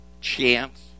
chance